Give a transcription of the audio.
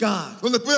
God